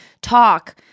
talk